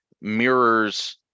mirrors